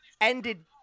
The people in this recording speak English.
ended